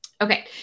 Okay